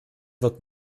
wird